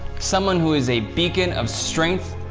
someone who is a beacon of strength,